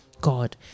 God